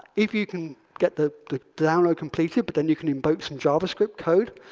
if you can get the the download completed, but then you can invoke some javascript code,